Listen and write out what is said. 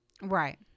Right